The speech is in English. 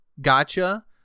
Gotcha